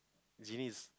genies